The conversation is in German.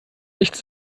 nichts